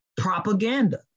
propaganda